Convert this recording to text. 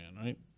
right